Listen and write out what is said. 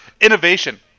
Innovation